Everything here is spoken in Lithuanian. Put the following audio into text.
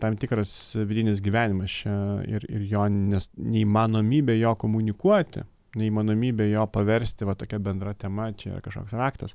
tam tikras vidinis gyvenimas čia ir ir jo nes neįmanomybė jo komunikuoti neįmanomybė jo paversti va tokia bendra tema čia kažkoks raktas